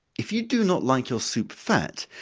if you do not like your soup fat,